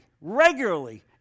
regularly